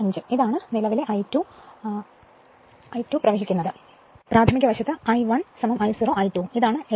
5s ഉം ഇതാണ് നിലവിലെ I2 ഒഴുകുന്നത് പ്രാഥമിക വശത്തും I1 I 0 I2 ഉം ഇതാണ് 7